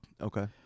Okay